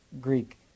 Greek